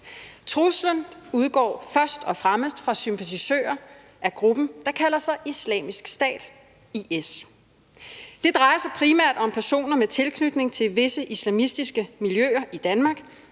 Truslen udgår først og fremmest fra sympatisører af gruppen, der kalder sig Islamisk Stat (IS). Det drejer sig primært om personer med tilknytning til visse islamistiske miljøer i Danmark,